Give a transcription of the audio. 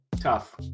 Tough